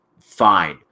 fine